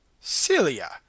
Celia